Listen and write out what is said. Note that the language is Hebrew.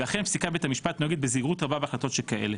לכן פסיקת בית המשפט נוהגת בזהירות רבה בהחלטות שכאלה.